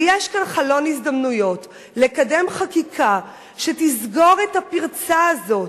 ויש כאן חלון הזדמנויות לקדם חקיקה שתסגור את הפרצה הזאת,